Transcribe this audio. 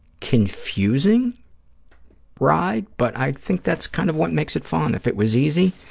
confusing ride, but i think that's kind of what makes it fun. if it was easy,